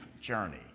journey